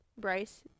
Bryce